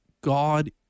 God